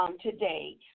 today